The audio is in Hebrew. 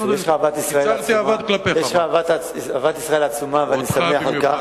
יש לך אהבת ישראל עצומה, ואני שמח על כך.